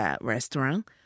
restaurant